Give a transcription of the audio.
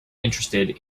interested